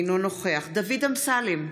אינו נוכח דוד אמסלם,